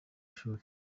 ishuri